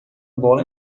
bola